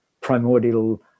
primordial